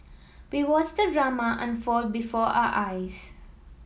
we watched the drama unfold before our eyes